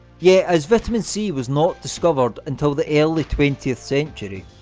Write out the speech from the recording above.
yet as vitamin c was not discovered until the early twentieth century,